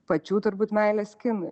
pačių turbūt meilės kinui